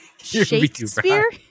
Shakespeare